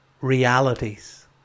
realities